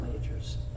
majors